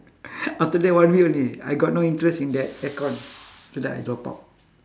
after that one week only I got no interest in that aircon so that I drop out